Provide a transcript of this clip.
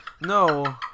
No